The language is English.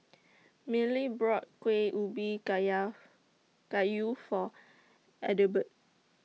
Millie brought Kuih Ubi Kaya Kayu For Adelbert